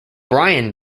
brian